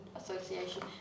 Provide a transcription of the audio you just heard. association